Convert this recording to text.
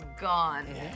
gone